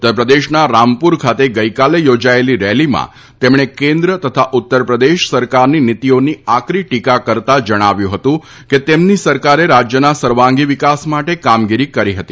ઉત્તર પ્રદેશના રામપુર ખાતે ગઈકાલે યોજાયેલી રેલીમાં તેમણે કેન્દ્ર તથા ઉત્તર પ્રદેશ સરકારની નીતીઓની આકરી ટીકા કરતા જણાવ્યું હતું કે તેમની સરકારે રાજયના સર્વાંગી વિકાસ માટે કામગીરી કરી હતી